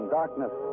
darkness